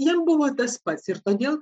jiem buvo tas pats ir todėl